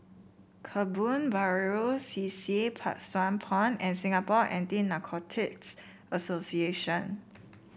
Kebun Baru C C Pang Sua Pond and Singapore Anti Narcotics Association